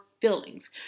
feelings